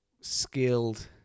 skilled